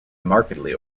markedly